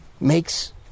makes